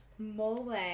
mole